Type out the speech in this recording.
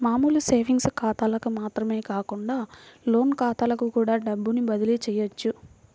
మామూలు సేవింగ్స్ ఖాతాలకు మాత్రమే కాకుండా లోన్ ఖాతాలకు కూడా డబ్బుని బదిలీ చెయ్యొచ్చు